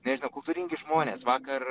nežinau kultūringi žmonės vakar